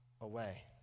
away